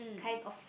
kind of